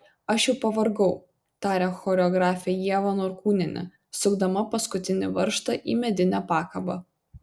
aš jau pavargau tarė choreografė ieva norkūnienė sukdama paskutinį varžtą į medinę pakabą